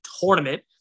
tournament